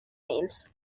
names